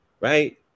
right